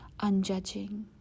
unjudging